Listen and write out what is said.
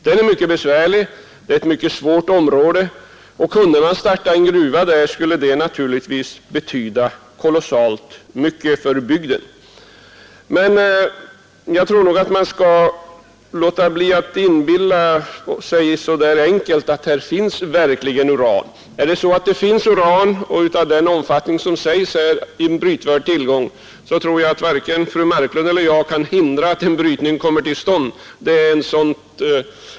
Den är mycket besvärlig, det är ett mycket svårt område, och kunde man starta en gruva där, skulle det naturligtvis betyda kolossalt mycket för bygden. Men jag tror att man skall låta bli att intala sig att där verkligen finns uran. Om det finns uran — i brytvärd omfattning — tror jag att varken fru Marklund eller jag kan hindra att en brytning kommer till stånd.